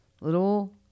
little